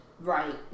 right